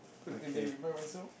let me remind myself